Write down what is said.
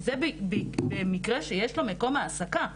זה במקרה שיש לו מקום העסקה,